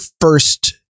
first